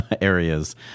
areas